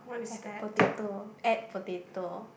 have potato add potato